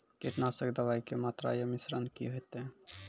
कीटनासक दवाई के मात्रा या मिश्रण की हेते?